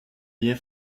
bien